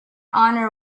honor